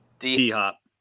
D-hop